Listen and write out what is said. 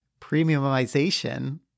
premiumization